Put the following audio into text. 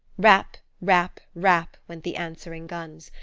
rap, rap, rap, went the answering guns,